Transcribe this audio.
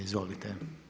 Izvolite.